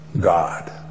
God